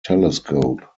telescope